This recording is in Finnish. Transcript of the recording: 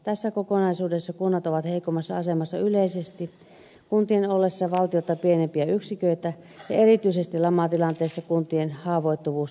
tässä kokonaisuudessa kunnat ovat yleisesti heikommassa asemassa kuntien ollessa valtiota pienempiä yksiköitä ja erityisesti lamatilanteessa kuntien haavoittuvuus lisääntyy